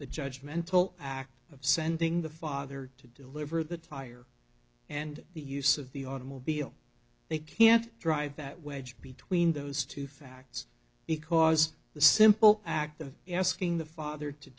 the judge mental act of sending the father to deliver the tire and the use of the automobile they can't drive that wedge between those two facts because the simple act of asking the father to